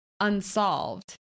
unsolved